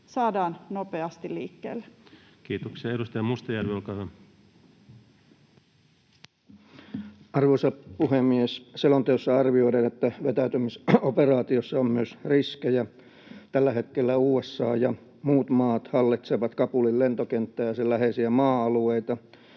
saadaan nopeasti liikkeelle. Kiitoksia. — Edustaja Mustajärvi, olkaa hyvä. Arvoisa puhemies! Selonteossa arvioidaan, että vetäytymisoperaatiossa on myös riskejä. Tällä hetkellä USA ja muut maat hallitsevat Kabulin lentokenttää ja sen läheisiä maa-alueita